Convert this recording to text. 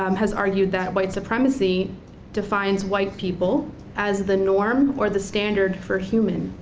um has argued that white supremacy defines white people as the norm or the standard for human,